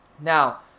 Now